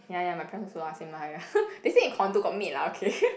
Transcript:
ya ya my parents also lah same lah ya ya they stay in condo got maid lah okay